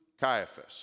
Caiaphas